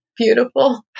Beautiful